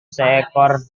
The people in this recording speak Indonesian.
seekor